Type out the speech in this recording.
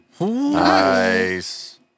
Nice